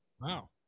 Wow